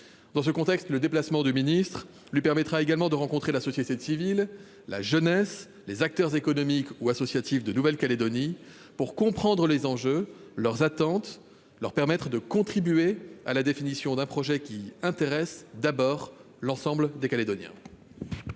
Dans ce contexte, le déplacement du ministre lui permettra également de rencontrer la société civile, la jeunesse, les acteurs économiques ou associatifs de Nouvelle-Calédonie, afin de comprendre les enjeux et les attentes, et de faire en sorte qu'ils puissent contribuer à la définition d'un projet qui intéresse d'abord l'ensemble des Calédoniens.